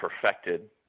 perfected